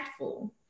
impactful